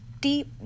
Deep